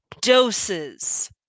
doses